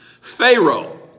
Pharaoh